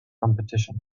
competition